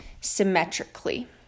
symmetrically